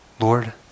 Lord